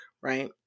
right